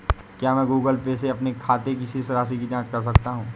क्या मैं Google Pay से अपने खाते की शेष राशि की जाँच कर सकता हूँ?